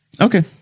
Okay